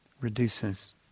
Reduces